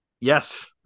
Yes